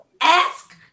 ask